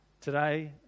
today